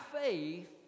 faith